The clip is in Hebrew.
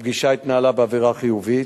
הפגישה התנהלה באווירה חיובית.